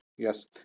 Yes